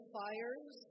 fires